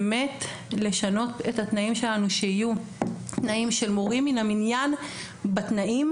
לשנות את התנאים שלנו שיהיו של מורים מן המניין בתנאים